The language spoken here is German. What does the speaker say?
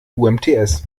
umts